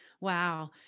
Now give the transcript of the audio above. Wow